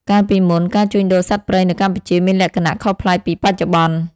កាលពីមុន ការជួញដូរសត្វព្រៃនៅកម្ពុជាមានលក្ខណៈខុសប្លែកពីបច្ចុប្បន្ន។